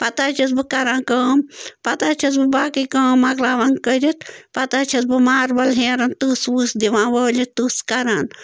پتہٕ حظ چھَس بہٕ کَران کٲم پتہٕ حظ چھَس بہٕ باقٕے کٲم مۄکلاوان کٔرِتھ پتہٕ حظ چھَس بہٕ ماربَل ہیرَن تٕژھ وٕژھ دِوان وٲلِتھ تٕژھ کَران